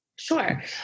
Sure